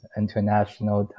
international